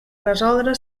resoldre